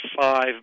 five